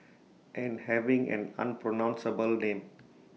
and having an unpronounceable name